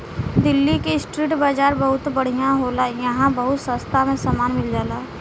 दिल्ली के स्ट्रीट बाजार बहुत बढ़िया होला इहां बहुत सास्ता में सामान मिल जाला